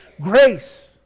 grace